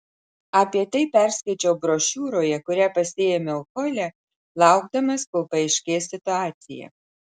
apie tai perskaičiau brošiūroje kurią pasiėmiau hole laukdamas kol paaiškės situacija